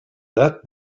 that